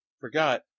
forgot